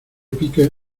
pica